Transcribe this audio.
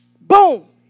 Boom